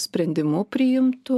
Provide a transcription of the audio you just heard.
sprendimu priimtu